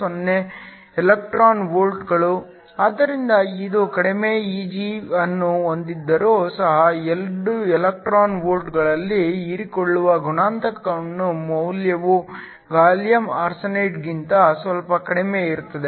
10 electron ವೋಲ್ಟ್ಗಳು ಆದ್ದರಿಂದ ಇದು ಕಡಿಮೆ Eg ಅನ್ನು ಹೊಂದಿದ್ದರೂ ಸಹ 2 ಎಲೆಕ್ಟ್ರಾನ್ ವೋಲ್ಟ್ಗಳಲ್ಲಿ ಹೀರಿಕೊಳ್ಳುವ ಗುಣಾಂಕದ ಮೌಲ್ಯವು ಗ್ಯಾಲಿಯಂ ಆರ್ಸೆನೈಡ್ಗಿಂತ ಸ್ವಲ್ಪ ಕಡಿಮೆ ಇರುತ್ತದೆ